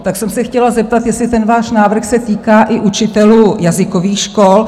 Tak jsem se chtěla zeptat, jestli ten váš návrh se týká i učitelů jazykových škol?